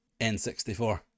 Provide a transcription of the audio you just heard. N64